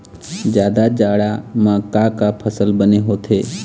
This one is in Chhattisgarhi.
जादा जाड़ा म का का फसल बने होथे?